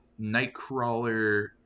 Nightcrawler